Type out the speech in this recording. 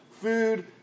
food